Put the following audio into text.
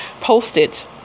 post-it